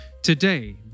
Today